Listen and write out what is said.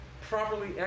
properly